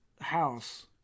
house